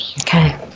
Okay